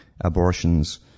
abortions